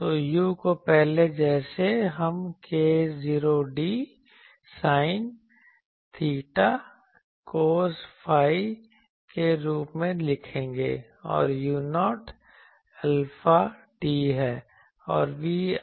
तो u को पहले जैसे हम k0d sine theta cos phi के रूप में लिखेंगे और u0 अल्फ़ा d है